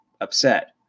upset